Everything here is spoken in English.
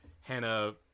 Hannah